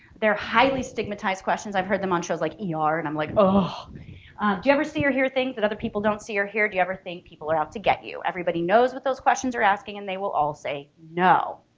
they're highly stigmatized questions. i've heard them on shows like er and i'm like you ever see or hear things that other people don't see or hear? do you ever think people are out to get you? everybody knows what those questions are asking and they will all say no.